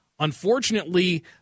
Unfortunately